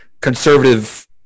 conservative